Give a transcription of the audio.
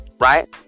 right